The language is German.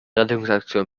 rettungsaktion